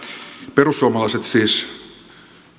perussuomalaiset siis